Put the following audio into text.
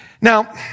Now